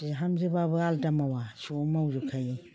बिहामजोबाबो आलादा मावा ज' मावजोब खायो